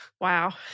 wow